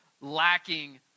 lacking